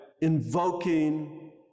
invoking